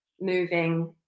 moving